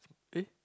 pay